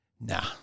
Nah